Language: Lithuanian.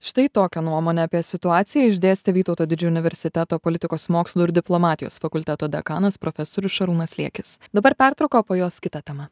štai tokią nuomonę apie situaciją išdėstė vytauto didžiojo universiteto politikos mokslų ir diplomatijos fakulteto dekanas profesorius šarūnas liekis dabar pertrauka po jos kita tema